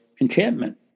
enchantment